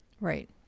right